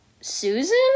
Susan